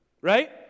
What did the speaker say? Right